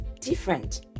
different